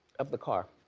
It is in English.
of the car.